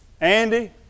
Andy